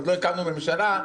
עוד לא התחלנו ממשלה,